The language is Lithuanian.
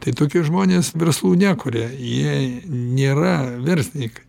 tai tokie žmonės verslų nekuria jei nėra verslininkai